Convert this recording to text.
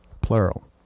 Plural